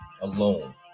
alone